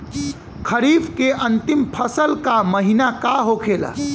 खरीफ के अंतिम फसल का महीना का होखेला?